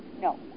no